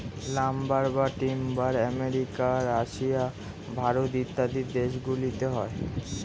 lumber বা timber America, Russia, Bharat ইত্যাদি দেশ গুলোতে হয়